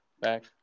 back